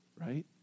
right